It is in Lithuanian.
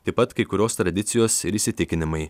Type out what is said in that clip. taip pat kai kurios tradicijos ir įsitikinimai